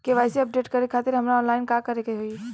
KYC update करे खातिर हमरा ऑनलाइन का करे के होई?